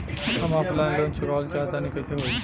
हम offline loan चुकावल चाहऽ तनि कइसे होई?